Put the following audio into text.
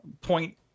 point